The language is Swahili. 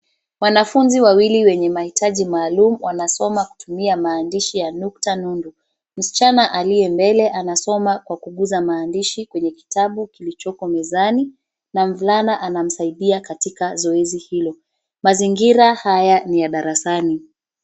Wanafunzi wawaili wenye mahitaji maluumu wanasoma kutumia maandishi ya nukta nundu. Msichana aliye mbele anasoma kwa kugusa maandishi kwenye kitabu kilichoko mezani na mvulana anamsaidia katika zoezi hilo. Mazingira haya ni ya darasani.